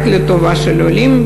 רק לטובת העולים,